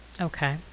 okay